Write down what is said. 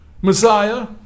Messiah